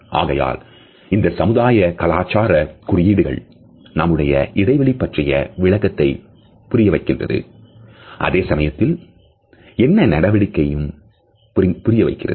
ஆகையால் இந்த சமுதாய கலாசார குறியீடுகள் நம்முடைய இடைவெளி பற்றிய விளக்கத்தை புரிய வைக்கின்றது அதே சமயத்தில் என்ன நடவடிக்கைகளையும் புரியவைக்கிறது